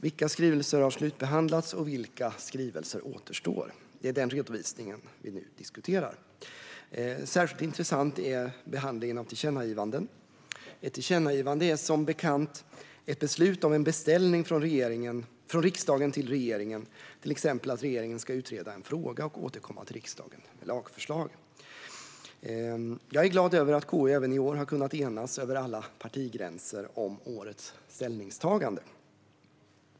Vilka skrivelser har slutbehandlats, och vilka skrivelser återstår? Det är den redovisningen vi diskuterar. Särskilt intressant är behandlingen av tillkännagivanden. Ett tillkännagivande är, som bekant, ett beslut om en beställning från riksdagen till regeringen, till exempel att regeringen ska utreda en fråga och återkomma till riksdagen med lagförslag. Jag är glad över att KU även i år har kunnat enas över alla partigränser om årets ställningstagande.